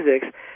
physics